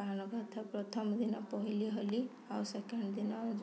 ପାଳନ କରିଥାଉ ପ୍ରଥମ ଦିନ ପହିଲି ହୋଲି ଆଉ ସେକେଣ୍ଡ୍ ଦିନ